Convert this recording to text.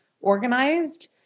organized